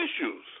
issues